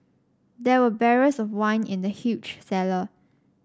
there were barrels of wine in the huge cellar